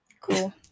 cool